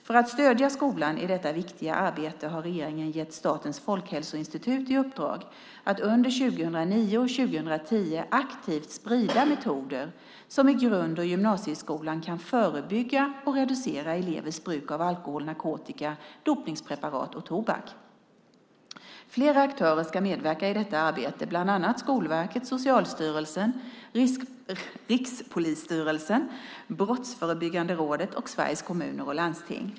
För att stödja skolan i detta viktiga arbete har regeringen gett Statens folkhälsoinstitut i uppdrag att under 2009 och 2010 aktivt sprida metoder som i grund och gymnasieskolan kan förebygga och reducera elevers bruk av alkohol, narkotika, dopningspreparat och tobak. Flera aktörer ska medverka i detta arbete, bland annat Skolverket, Socialstyrelsen, Rikspolisstyrelsen, Brottsförebyggande rådet och Sveriges Kommuner och Landsting.